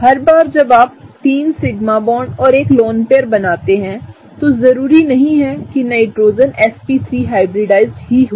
हर बार जबआप3 sigma bond और एक लोन पेयर बनाते हैं तो जरूरी नहीं कि नाइट्रोजन sp3हाइब्रिडाइज्ड हो